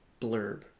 blurb